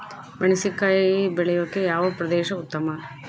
ಮೆಣಸಿನಕಾಯಿ ಬೆಳೆಯೊಕೆ ಯಾವ ಪ್ರದೇಶ ಉತ್ತಮ?